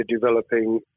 developing